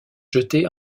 jeté